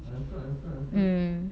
mm